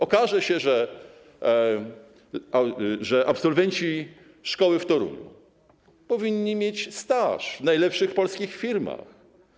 Okaże się, że absolwenci szkoły w Toruniu powinni mieć staż w najlepszych polskich firmach.